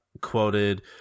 quoted